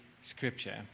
scripture